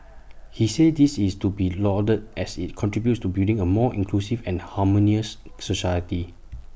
he said this is to be lauded as IT contributes to building A more inclusive and harmonious society